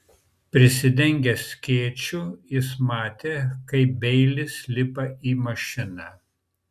prisidengęs skėčiu jis matė kaip beilis lipa į mašiną